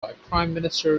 indefinitely